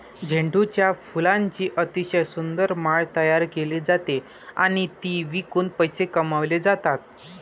झेंडूच्या फुलांची अतिशय सुंदर माळ तयार केली जाते आणि ती विकून पैसे कमावले जातात